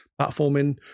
platforming